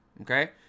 okay